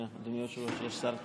אדוני היושב-ראש, יש שר תורן?